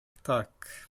tak